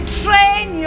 train